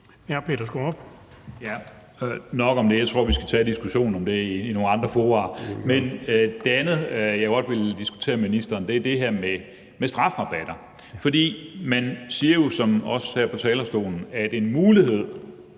Peter Skaarup (DF): Nok om det. Jeg tror, at vi skal tage diskussionen om det i nogle andre fora. Men det andet, jeg godt vil diskutere med ministeren, er det her med strafrabatter. For man siger jo, også her på talerstolen, at en mulighed